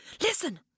Listen